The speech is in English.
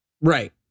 Right